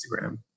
Instagram